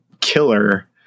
killer